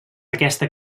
aquesta